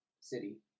city